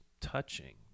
touching